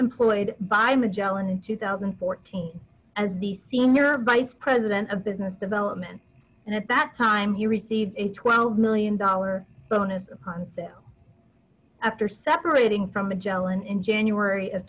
employed by magellan in two thousand and fourteen as the senior vice president of business development and at that time he received a twelve million dollars bonus upon them after separating from magellan in january of